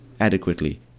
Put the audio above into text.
adequately